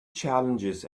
challenges